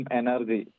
energy